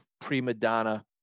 pre-Madonna